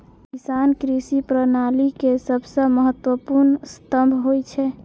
किसान कृषि प्रणाली के सबसं महत्वपूर्ण स्तंभ होइ छै